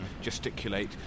gesticulate